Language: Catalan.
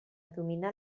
dominar